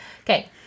Okay